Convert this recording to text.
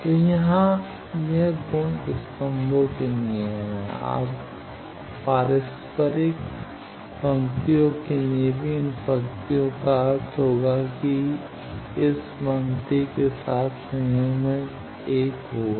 तो यहाँ यह गुण स्तंभों के लिए है अब पारस्परिक पंक्तियों के लिए भी इन पंक्तियों का अर्थ होगा कि इस पंक्ति के साथ संयुग्मित 1 होगा